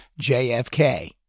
JFK